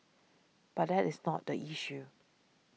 but that is not the issue